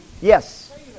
Yes